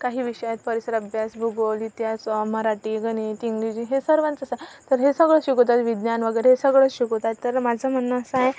काही विषयात परिसर अभ्यास भूगोल इतिहास मराठी गणित इंग्लिश हे सर्वांचं तर हे सगळं शिकवतात विज्ञान वगैरे हे सगळं शिकवतात तर माझं म्हणणं असं आहे